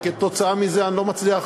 וכתוצאה מזה אני לא מצליח